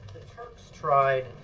turks tried